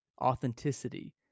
authenticity